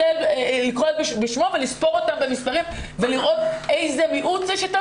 לילד בשמו ולספור אותם במספרים ולראות איזה מיעוט זה.